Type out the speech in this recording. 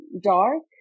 dark